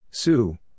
Sue